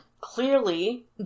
clearly